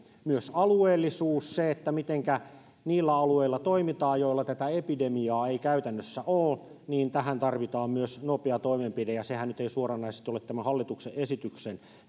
myös alueellisuuteen siihen mitenkä niillä alueilla toimitaan joilla tätä epidemiaa ei käytännössä ole tarvitaan nopea toimenpide sehän nyt ei suoranaisesti ole tämän hallituksen esityksen